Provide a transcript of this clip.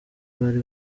bari